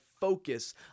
focus